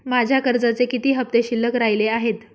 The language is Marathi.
माझ्या कर्जाचे किती हफ्ते शिल्लक राहिले आहेत?